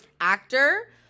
Actor